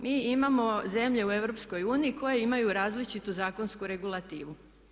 Mi imamo zemlje u EU koje imaju različitu zakonsku regulativu.